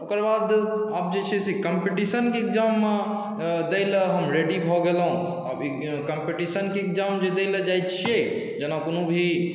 ओकर बाद आब जे छै से कम्पटीशनके एग्जाममे दै लए हम रेडी भऽ गेलहुँ कम्पटीशनके एग्जाम जे दै लए जाइ छियै जेना कोनो भी